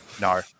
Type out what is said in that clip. No